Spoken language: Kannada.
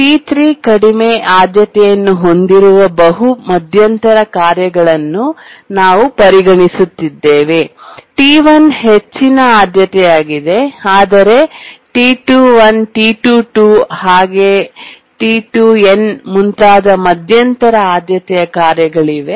T3 ಕಡಿಮೆ ಆದ್ಯತೆಯನ್ನು ಹೊಂದಿರುವ ಬಹು ಮಧ್ಯಂತರ ಕಾರ್ಯಗಳನ್ನು ನಾವು ಪರಿಗಣಿಸುತ್ತಿದ್ದೇವೆ T1 ಹೆಚ್ಚಿನ ಆದ್ಯತೆಯಾಗಿದೆ ಆದರೆ T 2 1 T2 2 T2 n ಮುಂತಾದ ಮಧ್ಯಂತರ ಆದ್ಯತೆಯ ಕಾರ್ಯಗಳಿವೆ